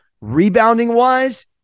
Rebounding-wise